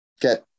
get